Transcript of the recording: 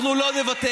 אנחנו לא נוותר,